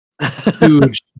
Huge